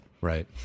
Right